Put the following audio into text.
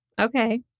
okay